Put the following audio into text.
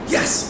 Yes